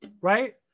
right